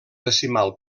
decimal